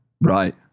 right